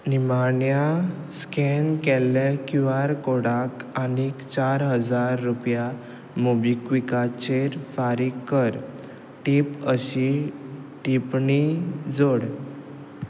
निमाण्या स्कॅन केल्ले Q R कोडाक आनीक चार हजार रुपया मोबिक्विकाचेर फारीक कर टिप अशी टिपणी जोड